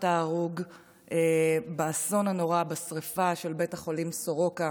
ההרוג באסון הנורא בשרפה בבית החולים סורוקה,